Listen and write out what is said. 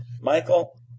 Michael